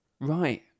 Right